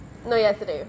no yesterday